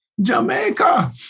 Jamaica